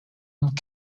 and